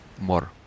more